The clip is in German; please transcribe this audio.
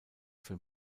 für